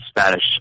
Spanish